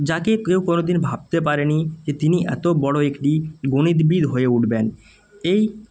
যাকে কেউ কোনোদিন ভাবতে পারেনি যে তিনি এত বড় একটি গণিতবিদ হয়ে উঠবেন এই